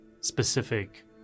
specific